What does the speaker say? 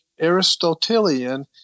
Aristotelian